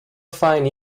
fine